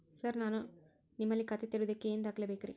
Sir ನಾನು ನಿಮ್ಮಲ್ಲಿ ಖಾತೆ ತೆರೆಯುವುದಕ್ಕೆ ಏನ್ ದಾಖಲೆ ಬೇಕ್ರಿ?